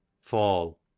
fall